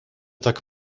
tak